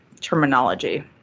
terminology